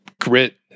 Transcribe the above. grit